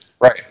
Right